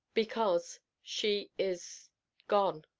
because she is gone.